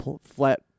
flat